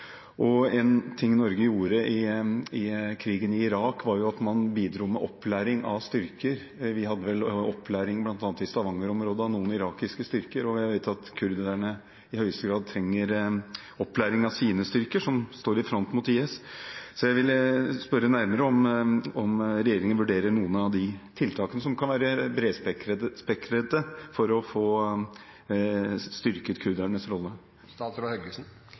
En ting Norge gjorde i forbindelse med krigen i Irak, var at man bidro med opplæring av styrker. Vi hadde vel opplæring av noen irakiske styrker bl.a. i Stavanger-området. Jeg vet at kurderne i høyeste grad trenger opplæring av sine styrker, som står i front mot IS. Så jeg vil spørre nærmere om regjeringen vurderer noen av disse tiltakene, som kan være bredspektrede, for å få styrket kurdernes rolle.